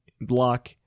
Block